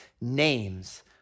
names